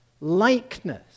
likeness